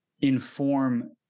inform